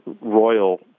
royal